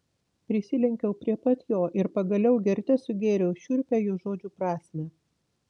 prisilenkiau prie pat jo ir pagaliau gerte sugėriau šiurpią jo žodžių prasmę